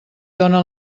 dóna